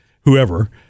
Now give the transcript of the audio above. whoever